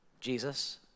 Jesus